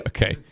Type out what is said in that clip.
Okay